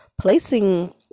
placing